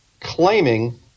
Claiming